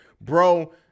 Bro